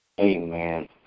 Amen